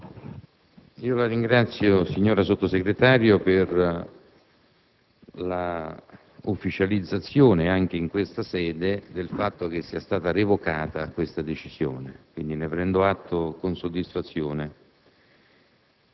La ringrazio, signora Sottosegretario, per la ufficializzazione, anche in questa sede, del fatto che sia stata revocata quella decisione; quindi, ne prendo atto con soddisfazione.